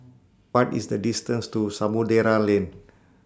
What IS The distance to Samudera Lane